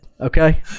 Okay